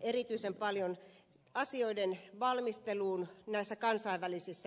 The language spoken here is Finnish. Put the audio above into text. erityisen paljon asioiden valmisteluun eri kansainvälisissä yhteisöissä